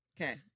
Okay